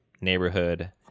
Neighborhood